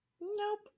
Nope